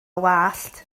wallt